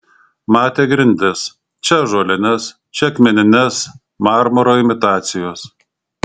matė grindis čia ąžuolines čia akmenines marmuro imitacijos